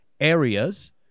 areas